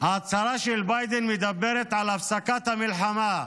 ההצהרה של ביידן מדברת על הפסקת המלחמה,